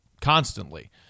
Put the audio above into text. constantly